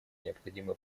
необходимо